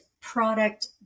product